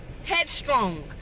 headstrong